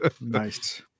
Nice